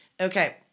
Okay